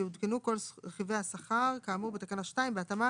יעודכנו כל רכיבי השכר כאמור בתקנה 2 בהתאמה